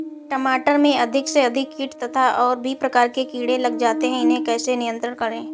टमाटर में अधिक से अधिक कीट तथा और भी प्रकार के कीड़े लग जाते हैं इन्हें कैसे नियंत्रण करें?